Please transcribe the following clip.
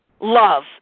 Love